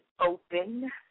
open